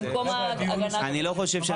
אני לא חושב,